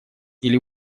или